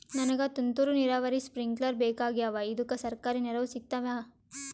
ನನಗ ತುಂತೂರು ನೀರಾವರಿಗೆ ಸ್ಪಿಂಕ್ಲರ ಬೇಕಾಗ್ಯಾವ ಇದುಕ ಸರ್ಕಾರಿ ನೆರವು ಸಿಗತ್ತಾವ?